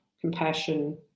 compassion